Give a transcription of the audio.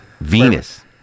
Venus